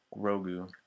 Rogu